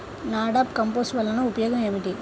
NADEP compost వలన ఉపయోగం ఏమిటి?